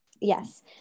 Yes